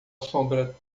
sombra